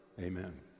Amen